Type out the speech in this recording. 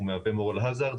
הוא מהווה Moral Hazard.